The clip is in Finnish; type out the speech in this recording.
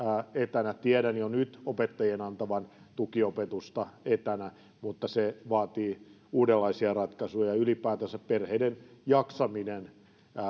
etänä tiedän jo nyt opettajien antavan tukiopetusta etänä mutta se vaatii uudenlaisia ratkaisuja ja ylipäätänsä perheiden jaksaminen